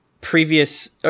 previous